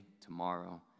tomorrow